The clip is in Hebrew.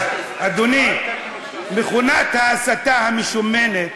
אז, אדוני, מכונת ההסתה המשומנת,